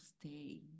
stay